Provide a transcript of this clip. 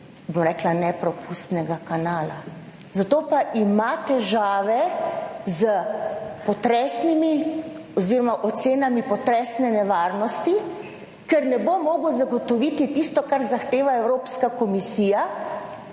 bom rekla, nepropustnega kanala. Zato pa ima težave s potresnimi oziroma ocenami potresne nevarnosti, ker ne bo mogel zagotoviti tisto, kar zahteva Evropska komisija,